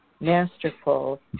masterful